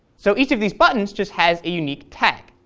so each of these buttons just has a unique tag,